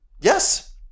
Yes